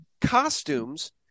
costumes